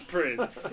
Prince